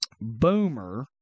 Boomer